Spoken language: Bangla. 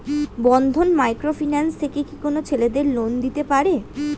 বন্ধন মাইক্রো ফিন্যান্স থেকে কি কোন ছেলেদের লোন দিতে পারে?